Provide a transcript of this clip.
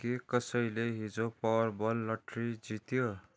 के कसैले हिजो पावरबल लट्री जित्यो